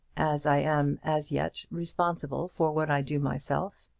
as i am, as yet, responsible for what i do myself.